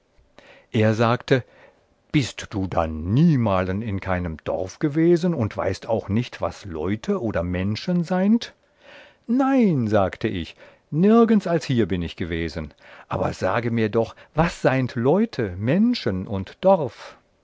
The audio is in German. er sagte bist du dann niemalen in keinem dorf gewesen und weißt auch nicht was leute oder menschen seind nein sagte ich nirgends als hier bin ich gewesen aber sage mir doch was seind leute menschen und dorf